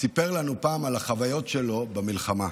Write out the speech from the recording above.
סיפר לנו פעם על החוויות שלו במלחמה.